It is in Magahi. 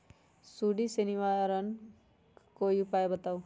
सुडी से निवारक कोई उपाय बताऊँ?